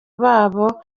babo